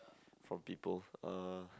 from people uh